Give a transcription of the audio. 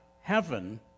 heaven